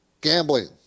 gambling